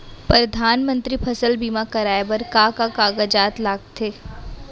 परधानमंतरी फसल बीमा कराये बर का का कागजात लगथे?